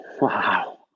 Wow